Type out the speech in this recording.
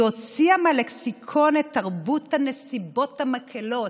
היא הוציאה מהלקסיקון את תרבות הנסיבות המקילות.